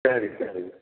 சரிங்க சரிங்க